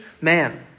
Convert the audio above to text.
man